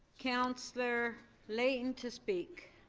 counselor layton to speak.